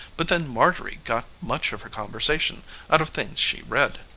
but then marjorie got much of her conversation out of things she read.